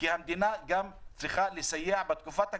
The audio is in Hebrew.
כי המדינה גם צריכה לסייע בתקופת הקורונה,